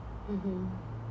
mmhmm